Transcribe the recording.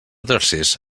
tercers